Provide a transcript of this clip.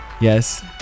yes